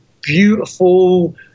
beautiful